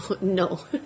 No